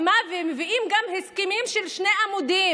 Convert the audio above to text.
ומה, ומביאים גם הסכמים של שני עמודים,